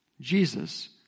Jesus